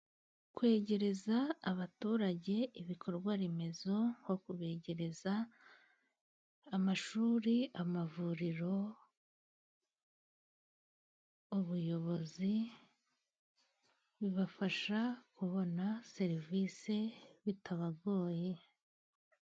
Kwegereza abaturage ibikorwaremezo; nko kubegereza amashuri, amavuriro, ubuyobozi bibafasha kubona serivisi bitabagoye.